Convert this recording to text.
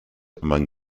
among